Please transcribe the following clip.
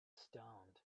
stoned